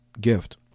gift